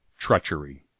Treachery